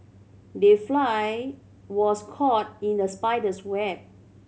the fly was caught in the spider's web